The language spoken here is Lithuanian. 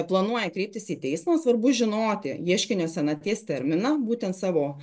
planuoja kreiptis į teismą svarbu žinoti ieškinio senaties terminą būtent savo